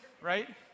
right